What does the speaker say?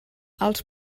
als